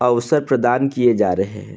अवसर प्रदान किए जा रहे हैं